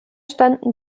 standen